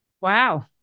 Wow